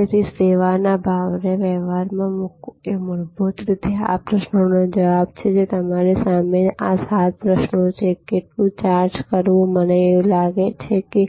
તેથી સેવાના ભાવને વ્યવહારમાં મૂકવું એ મૂળભૂત રીતે આ પ્રશ્નનો જવાબ છે જે તમારી સામે આ સાત પ્રશ્નો છે કેટલું ચાર્જ કરવું અને મને લાગે છે કે